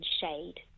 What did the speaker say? shade